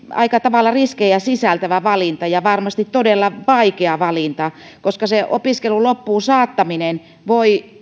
aika tavalla riskejä sisältävä valinta ja varmasti todella vaikea valinta koska opiskelun loppuun saattaminen voi parantaa